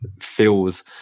feels